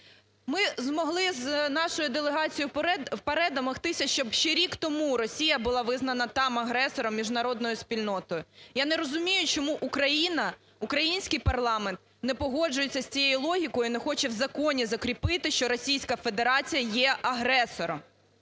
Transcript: Ми змогли з нашою делегацією в ПАРЄ домогтися, щоб ще рік тому Росія була визнана там агресором міжнародною спільнотою. Я не розумію, чому Україна, український парламент не погоджується з цією логікою і не хоче в законі закріпити, що Російська Федерація є агресором.